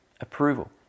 approval